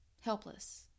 helpless